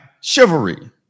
Chivalry